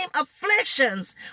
afflictions